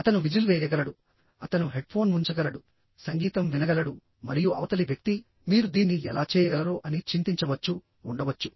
అతను విజిల్ వేయగలడు అతను హెడ్ఫోన్ ఉంచగలడు సంగీతం వినగలడు మరియు అవతలి వ్యక్తి మీరు దీన్ని ఎలా చేయగలరో అని చింతించవచ్చు ఉండవచ్చు